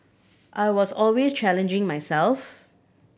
I was always challenging myself